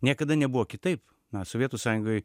niekada nebuvo kitaip mes sovietų sąjungoj